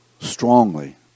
strongly